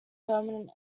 permanent